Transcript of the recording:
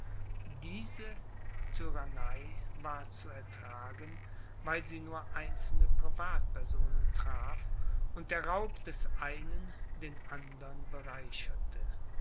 diese tyrannei war zu ertragen weil sie nur einzelne privatpersonen traf und der raub des einen den andern bereicherte